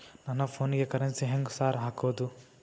ನನ್ ಫೋನಿಗೆ ಕರೆನ್ಸಿ ಹೆಂಗ್ ಸಾರ್ ಹಾಕೋದ್?